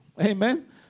amen